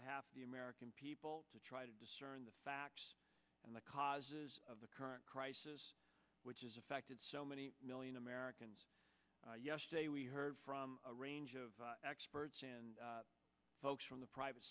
behalf of the american people to try to discern the facts and the causes of the current crisis which has affected so many million americans yesterday we heard from a range of experts and folks from the private